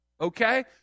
Okay